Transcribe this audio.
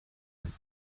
sind